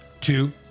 two